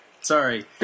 sorry